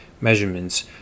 measurements